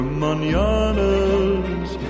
mananas